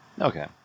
Okay